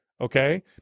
Okay